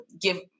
give